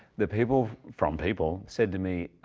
the people from people said to me,